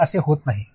तर असे होत नाही